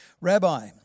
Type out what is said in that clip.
Rabbi